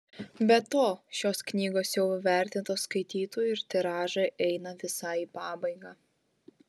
be to šios knygos jau įvertintos skaitytojų ir tiražai eina visai į pabaigą